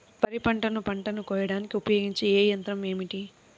వరిపంటను పంటను కోయడానికి ఉపయోగించే ఏ యంత్రం ఏమిటి?